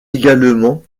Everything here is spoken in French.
également